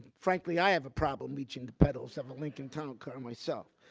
frankly, i have a problem reaching the pedals of a lincoln towncar myself.